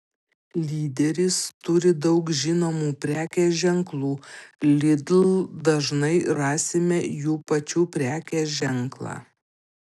lyderis turi daug žinomų prekės ženklų lidl dažnai rasime jų pačių prekės ženklą